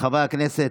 וחברי הכנסת,